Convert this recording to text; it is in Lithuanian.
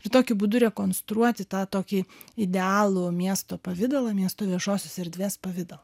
ir tokiu būdu rekonstruoti tą tokį idealų miesto pavidalą miesto viešosios erdvės pavidalą